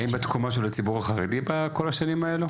האם בדקו משהו לציבור החרדי בכל השנים האלו,